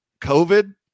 COVID